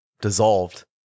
dissolved